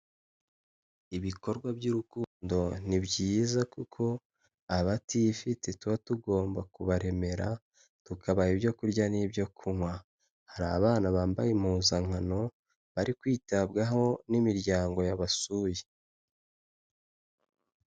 Ibikorwa by'urukundo ni byiza, kuko abatifite tuba tugomba kubaremera tukabaha ibyo kurya n'ibyo kunywa, hari abana bambaye impuzankano bari kwitabwaho n'imiryango yabasuye.